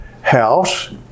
house